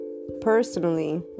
personally